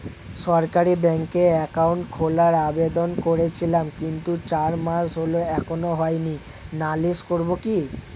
সরকারি ব্যাংকে একাউন্ট খোলার আবেদন করেছিলাম কিন্তু চার মাস হল এখনো হয়নি নালিশ করব কি?